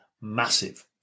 massive